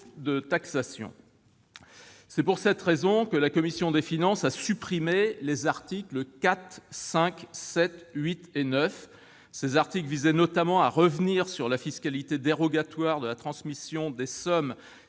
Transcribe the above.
de taxation. Pour cette raison, la commission des finances a supprimé les articles 4, 5, 7, 8 et 9. Ces articles visaient notamment à revenir sur la fiscalité dérogatoire de la transmission des sommes